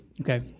Okay